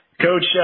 Coach